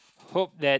hope that